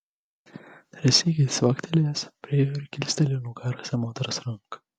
dar sykį cvaktelėjęs priėjo ir kilstelėjo nukarusią moters ranką